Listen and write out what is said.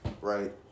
right